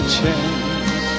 chance